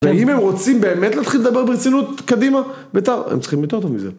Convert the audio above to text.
ואם הם רוצים באמת להתחיל לדבר ברצינות קדימה, הם צריכים יותר טוב מזה.